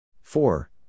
four